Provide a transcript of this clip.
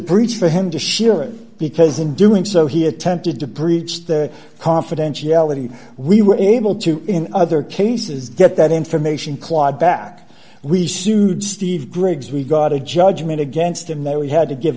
breach for him to sure because in doing so he attempted to breach the confidentiality we were able to in other cases get that information clawed back we sued steve griggs we got a judgment against him that we had to give